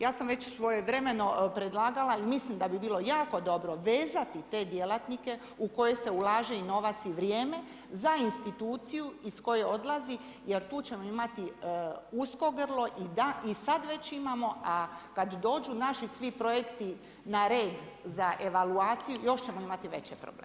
Ja sam već svojevremeno predlagala i mislim da bi bilo jako dobro vezati te djelatnike u koje se ulaže i novaca i vrijeme za instituciju iz koje odlazi jer tu ćemo imati usko grlo i sad već imamo a kad dođu svi naši projekti na red za evaluaciju, još ćemo imati veće probleme.